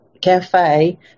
Cafe